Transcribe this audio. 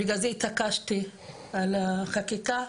בגלל זה התעקשתי על החקיקה,